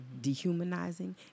dehumanizing